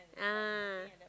ah